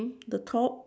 the top